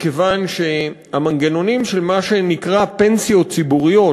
מכיוון שהמנגנונים של מה שנקרא פנסיות ציבוריות,